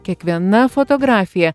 kiekviena fotografija